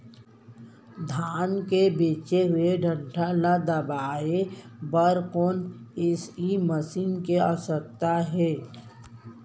धान के बचे हुए डंठल ल दबाये बर कोन एसई मशीन के आवश्यकता हे?